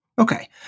Okay